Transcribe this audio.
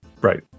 Right